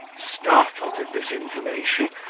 startled at this information,